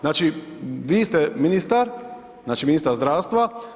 Znači vi ste ministar, znači ministar zdravstva.